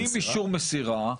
עם אישור מסירה,